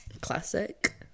Classic